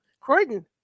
Croydon